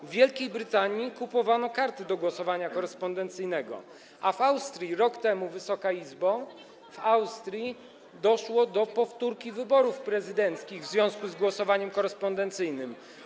W Wielkiej Brytanii kupowano karty do głosowania korespondencyjnego, a w Austrii rok temu, Wysoka Izbo, doszło do powtórki wyborów prezydenckich w związku z głosowaniem korespondencyjnym.